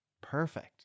perfect